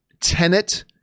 Tenet